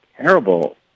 terrible